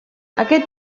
aquest